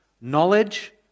Knowledge